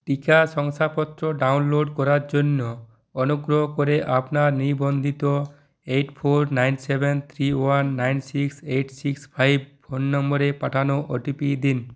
টিকা শংসাপত্র ডাউনলোড করার জন্য অনুগ্রহ করে আপনার নিবন্ধিত eight four nine seven three one nine six eight six five phone নম্বরে পাঠানো ওটিপি দিন